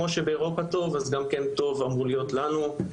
כמו שבאירופה טוב אמור להיות טוב גם לנו,